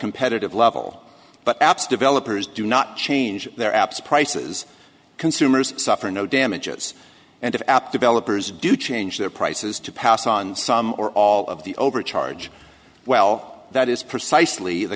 competitive level but apps developers do not change their apps prices consumers suffer no damages and app developers do change their prices to pass on some or all of the overcharge well that is precisely the